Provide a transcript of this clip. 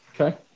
Okay